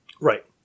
Right